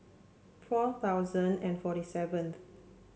four thousand and forty seventh